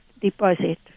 deposit